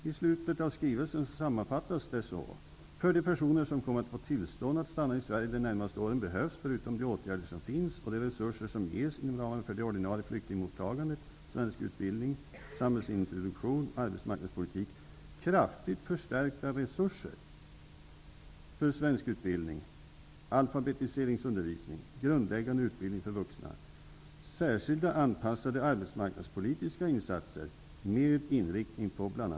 I slutet av skrivelsen sammanfattas det hela så här: ''För de personer som kommer att få tillstånd att stanna i Sverige de närmaste åren behövs, förutom de åtgärder som finns, och de resurser som ges inom ramen för det ordinarie flyktingmottagandet, svenskutbildningen, samhällsintroduktionen och arbetmarknadspolitiken, kraftigt förstärkta resurser för: Det är vad skrivelsen mynnar ut i, inte en utredning.